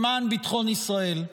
למען ביטחון ישראל.